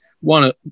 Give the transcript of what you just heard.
One